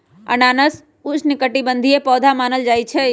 अनानास उष्णकटिबंधीय पौधा मानल जाहई